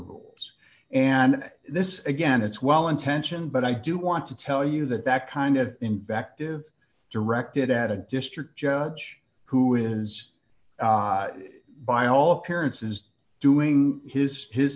groups and this is again it's well intentioned but i do want to tell you that that kind of invective directed at a district judge who is by all appearances doing his his